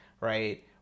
right